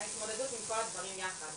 ההתמודדות עם כל הדברים יחד,